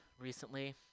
recently